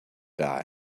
die